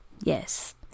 Yes